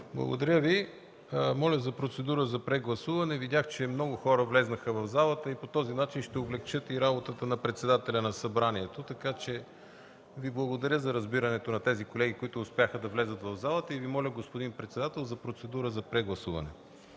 Благодаря Ви. Моля за процедура за прегласуване. Видях че много хора влязоха в залата и по този начин ще облекчат и работата на председателя на Събранието. Благодаря за разбирането на тези колеги, които успяха да влязат в залата, и Ви моля, господин председател, за процедура за прегласуване.